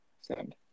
Send